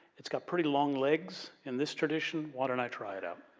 it's got pretty long legs in this tradition, why don't i try it out.